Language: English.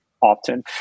often